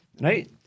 right